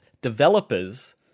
developers